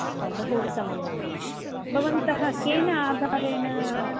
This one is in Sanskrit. ओ बहु उत्तमं महोदय भवन्तः केन आधारेण